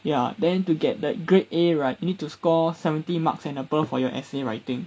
ya then to get that grade A right you need to score seventy marks and above for your essay writing